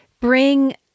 bring